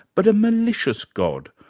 but a malicious god?